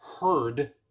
heard